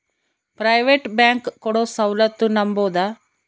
Private bank ಕೊಡೊ ಸೌಲತ್ತು ನಂಬಬೋದ?